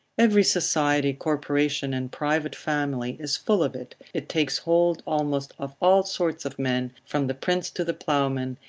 every society, corporation, and private family is full of it, it takes hold almost of all sorts of men, from the prince to the ploughman,